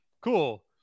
Cool